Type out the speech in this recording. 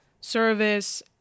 service